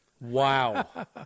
Wow